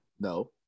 no